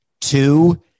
two